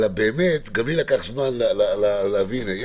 לי לקח זמן להבין את זה.